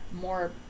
more